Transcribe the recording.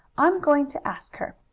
i'm going to ask her.